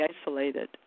isolated